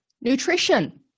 Nutrition